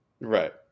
Right